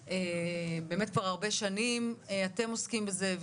באמת כבר הרבה שנים אתם עוסקים בזה.